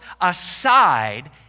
aside